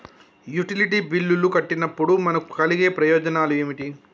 Utility బిల్లులు కట్టినప్పుడు మనకు కలిగే ప్రయోజనాలు ఏమిటి?